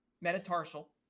metatarsal